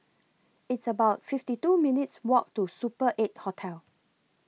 It's about fifty two minutes' Walk to Super eight Hotel